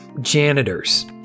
janitors